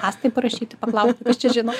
astai parašyti paklausti kas čia žino